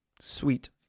Sweet